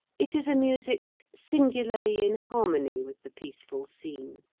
it is a music singularly in harmony with the peaceful scene.